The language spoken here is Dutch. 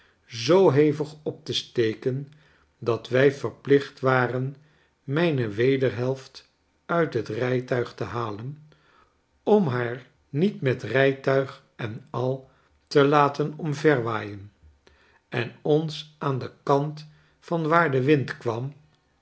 zoo hevig op steken dat wij verplicht waren mijne wederhelffc uit het rijtuig te halen om haar niet met rijtuig en al te laten omverwaaien en ons aan den kant van waar de wind kwam